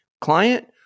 client